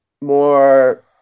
more